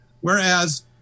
Whereas